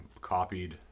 copied